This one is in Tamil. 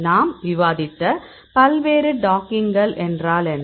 நாம் விவாதித்த பல்வேறு டாக்கிங்கள் என்றால் என்ன